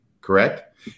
correct